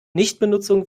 nichtbenutzung